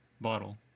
bottle